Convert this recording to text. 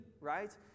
right